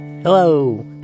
Hello